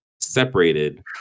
separated